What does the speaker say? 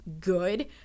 good